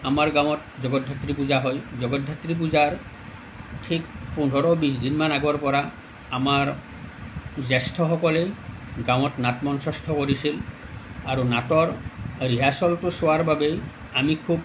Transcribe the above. আমাৰ গাঁৱত জগতধাত্ৰী পূজা হয় জগতধাত্ৰী পূজাৰ ঠিক পোন্ধৰ বিছ দিনমান আগৰ পৰা আমাৰ জ্যেষ্ঠসকলে গাঁৱত নাট মঞ্চস্থ কৰিছিল আৰু নাটৰ ৰিহাচলটো চোৱাৰ বাবেই আমি খুব